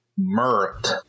murked